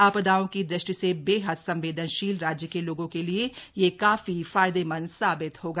आपदाओं की दृष्टि से बेहद संवेदनशील राज्य के लोगों के लिए यह काफी फायदेमंद साबित होगा